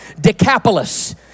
Decapolis